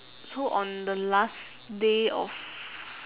so on the last day of